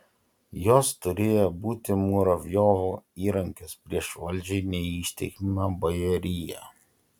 jos turėjo būti muravjovo įrankis prieš valdžiai neištikimą bajoriją